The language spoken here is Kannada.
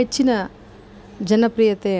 ಹೆಚ್ಚಿನ ಜನಪ್ರಿಯತೆ